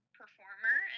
performer